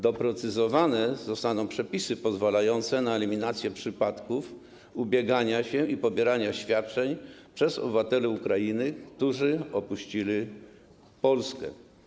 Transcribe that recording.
Doprecyzowane zostaną przepisy pozwalające na eliminację przypadków ubiegania się o świadczenia i pobierania ich przez obywateli Ukrainy, którzy opuścili Polskę.